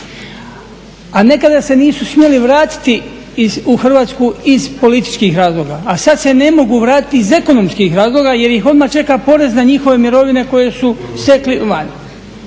A nekada se nisu smjeli vratiti u Hrvatsku iz političkih razloga, a sad se ne mogu vratiti iz ekonomskih razloga jer ih odmah čeka porez na njihove imovine koje su stekli vani.